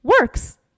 works